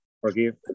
forgive